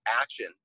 action